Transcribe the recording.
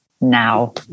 now